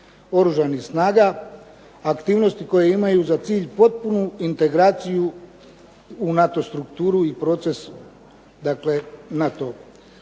Oružanih snaga, aktivnosti koje imaju za cilj potpunu integraciju u NATO strukturu i proces